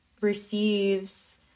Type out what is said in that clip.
receives